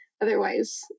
Otherwise